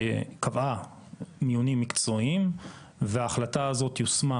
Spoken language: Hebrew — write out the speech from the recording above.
שקבעה מיונים מקצועיים וההחלטה הזו יושמה,